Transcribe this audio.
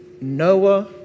Noah